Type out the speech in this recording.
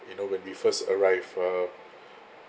you know when we first arrived uh